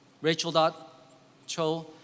Rachel.Cho